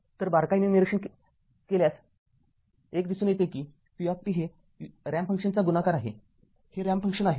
तर बारकाईने निरीक्षण केल्याने एक दिसून येते की v हे रॅम्प फंक्शनचा गुणाकार आहे हे रॅम्प फंक्शन आहे